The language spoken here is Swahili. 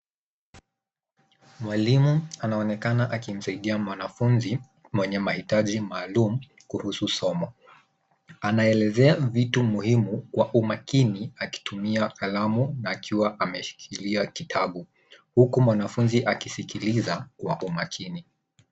Mwalimu anaonekana akimsaidia mwanafunzi mwenye mahitaji maalumu kudurusu somo. Anaelezea vitu muhimu kwa umakini akitumia kalamu na akiwa ameshikilia kitabu huku mwanafunzi akisikiliza kwa umakini.